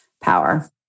power